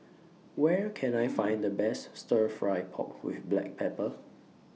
Where Can I Find The Best Stir Fry Pork with Black Pepper